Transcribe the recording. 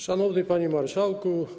Szanowny Panie Marszałku!